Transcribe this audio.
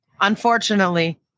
Unfortunately